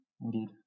Indeed